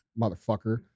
motherfucker